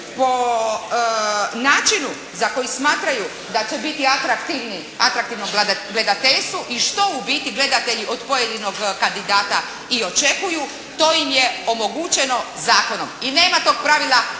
po načinu za koji smatraju da će biti atraktivni, atraktivno gledateljstvu i što u biti gledatelji od pojedinog kandidata i očekuju to im je omogućeno zakonom. I nema tog pravila